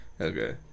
okay